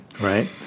Right